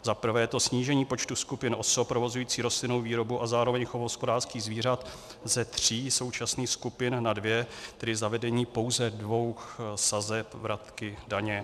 Za prvé je to snížení počtu skupin osob provozujících rostlinnou výrobu a zároveň chov hospodářských zvířat ze tří současných skupin na dvě, tedy zavedení pouze dvou sazeb vratky daně.